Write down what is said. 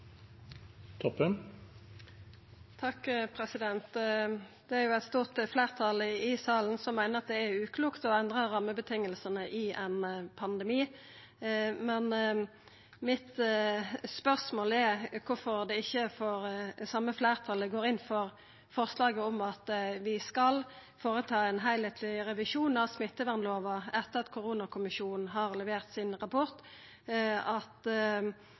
eit stort fleirtal i salen som meiner det er uklokt å endra rammevilkåra under ein pandemi, men mitt spørsmål er kvifor det same fleirtalet ikkje går inn for forslaget om å gjera ein heilskapleg revisjon av smittevernlova etter at koronakommisjonen har levert sin rapport. At